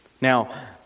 Now